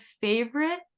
favorite